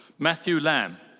matthew lam.